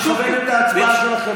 אני מכבד את ההצבעה שלכם,